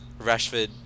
Rashford